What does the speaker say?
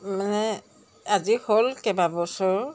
মানে আজি হ'ল কেইবা বছৰো